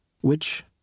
Which